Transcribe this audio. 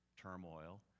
turmoil